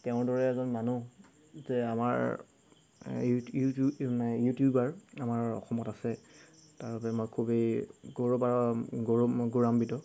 তেওঁৰদৰে এজন মানুহ যে আমাৰ মানে ইউটিউবাৰ আমাৰ অসমত আছে তাৰবাবে মই খুবেই গৌৰৱ গৌৰৱ গৌৰৱান্বিত